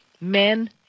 men